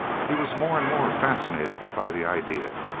he was more and more fascinated by the idea.